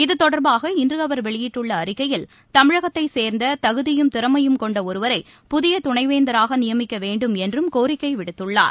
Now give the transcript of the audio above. இத்தொடர்பாக இன்றுஅவர் வெளியிட்டுள்ளஅறிக்கையில் தமிழகத்தைச் சேர்ந்ததகுதியும் திறமையும் கொண்டஒருவரை புதியதுணைவேந்தராகநியமிக்கவேண்டும் என்றும் கோரிக்கைவிடுத்துள்ளார்